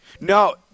no